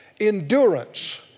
endurance